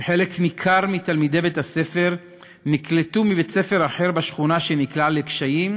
שחלק ניכר מתלמידי בית-הספר נקלטו מבית-ספר אחר בשכונה שנקלע לקשיים,